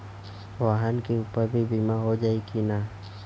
वाहन के ऊपर भी बीमा हो जाई की ना?